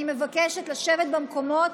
אני מבקשת לשבת במקומות